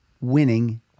winning